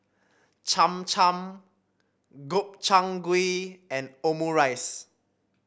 Cham Cham Gobchang Gui and Omurice